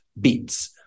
beats